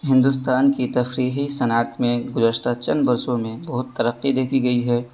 ہندوستان کی تفریحی صنعت میں گذشتہ چند برسوں میں بہت ترقی دیکھی گئی ہے